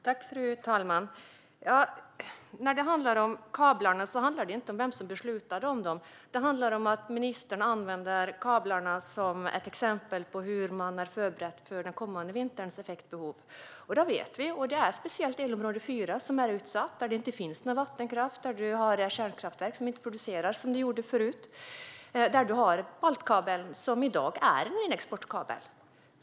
Fru talman! När det gäller kablarna handlar det inte om vem som beslutade om dem, utan det handlar om att ministern använder kablarna som ett exempel på hur man har förberett för den kommande vinterns effektbehov. Där vet vi att det speciellt är elområde 4 som är utsatt, där det inte finns någon vattenkraft, där det finns kärnkraftverk som inte producerar som de gjorde förut och där vi har baltkabeln, som i dag är en ren exportkabel.